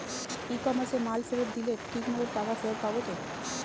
ই কমার্সে মাল ফেরত দিলে ঠিক মতো টাকা ফেরত পাব তো?